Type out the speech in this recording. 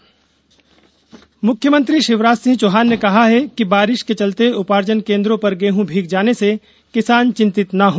गेहूं नुकसान मुख्यमंत्री शिवराज सिंह चौहान ने कहा है कि बारिश के चलते उपार्जन केन्द्रों पर गेहूं भीग जाने से किसान चिंतित न हो